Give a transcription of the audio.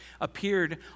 appeared